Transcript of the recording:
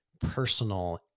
personal